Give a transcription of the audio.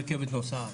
הרכבת נוסעת.